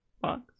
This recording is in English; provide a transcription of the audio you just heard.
box